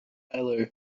tyler